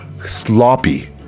sloppy